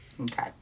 Okay